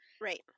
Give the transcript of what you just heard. right